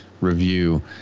review